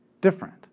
different